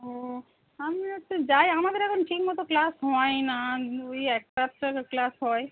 ও আমিও তো যাই আমাদের এখন ঠিকমতো ক্লাস হয় না ওই একটা আধটা ক্লাস হয়